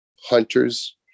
hunters